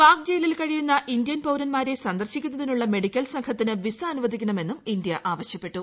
പാക് ജയ്യിലിൽ കഴിയുന്ന ഇന്ത്യൻ പൌരന്മാരെ സന്ദർശിക്കുന്നതിന്റുള്ള് മെഡിക്കൽ സംഘത്തിന് വിസ അനുവദിക്കണമെന്നും ഇന്ത്യ ആവശ്യപ്പെട്ടു